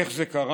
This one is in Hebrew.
איך זה קרה?